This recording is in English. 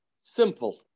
simple